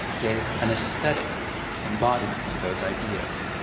gave an aesthetic embodiment to those ideas.